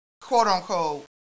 quote-unquote